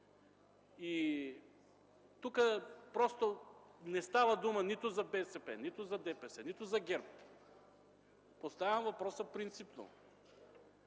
Тук не става дума нито за ДПС, нито за БСП, нито за ГЕРБ. Поставям въпроса принципно!